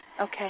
okay